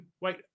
Wait